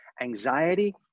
Anxiety